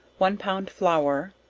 one pound flour,